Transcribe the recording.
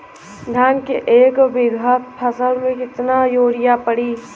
धान के एक बिघा फसल मे कितना यूरिया पड़ी?